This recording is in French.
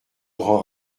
grand